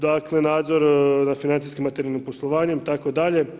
Dakle, nadzor nad financijsko-materijalnim poslovanjem itd.